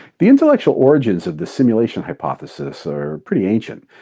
the intellectual origins of the simulation hypothesis are pretty ancient,